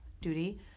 duty